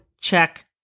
check